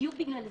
בדיוק בגלל זה.